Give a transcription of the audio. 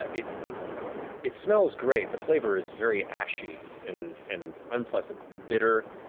ah it it smells great. the flavor is very ashy and and unpleasant, bitter,